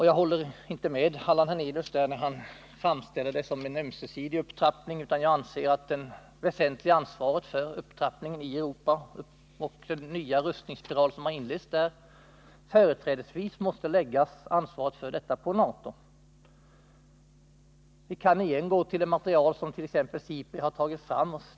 Jag håller inte med Allan Hernelius när han framställer detta som en ömsesidig upptrappning, utan jag anser att ansvaret för upptrappningen i Europa och den nya rustningsspiral, som inletts där, företrädesvis måste läggas på NATO. Vi kan åter gå till det material som t.ex. SIPRI tagit fram.